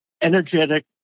energetic